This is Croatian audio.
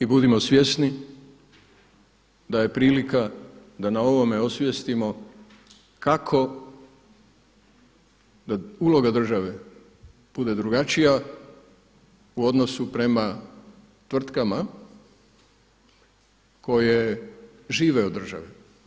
I budimo svjesni da je prilika da na ovome osvijestimo kako da uloga države bude drugačija u odnosu prema tvrtkama koje žive od države.